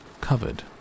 covered